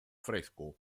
fresco